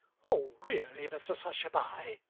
oh, really, mrs hushabye